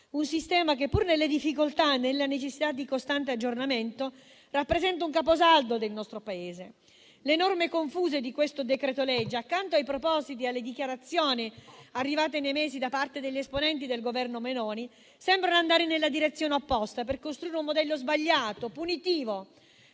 un sistema che, pur nelle difficoltà e nella necessità di costante aggiornamento, rappresenta un caposaldo del nostro Paese. Le norme confuse del decreto-legge in esame, accanto ai propositi e alle dichiarazioni arrivate nei mesi da parte degli esponenti del Governo Meloni, sembrano andare nella direzione opposta, per costruire un modello sbagliato e punitivo